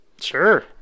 sure